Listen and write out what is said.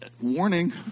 warning